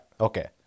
Okay